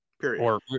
period